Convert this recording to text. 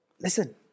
Listen